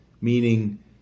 Meaning